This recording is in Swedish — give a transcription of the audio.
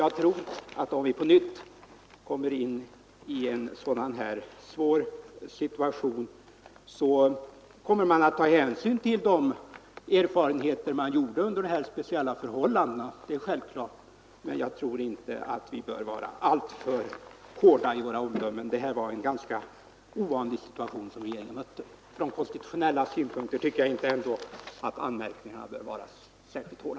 Jag tror att om vi på nytt råkar in i en sådan här svår situation kommer man att ta hänsyn till de erfarenheter som man gjorde under dessa speciella förhållanden. Det är självklart. Men jag anser inte att vi bör vara alltför hårda i våra omdömen. Det här var en ganska ovanlig situation som regeringen mötte. Från konstitutionella synpunkter tycker jag alltså att anmärkningarna är obefogade.